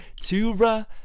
Tura